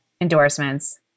endorsements